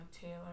Taylor